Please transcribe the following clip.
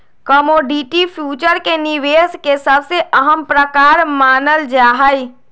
commodity future के निवेश के सबसे अहम प्रकार मानल जाहई